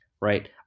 Right